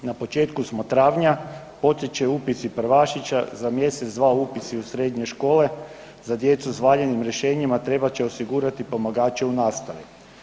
Na početku smo travnju, početi će upisi prvašića, za mjesec dva u srednje škole, za djecu s valjanim rješenjima trebat će osigurati pomagače u nastavi.